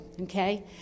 okay